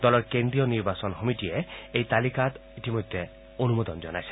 দলৰ কেন্দ্ৰীয় নিৰ্বাচন সমিতিয়ে এই তালিকাত অনুমোদন জনাইছে